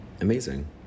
amazing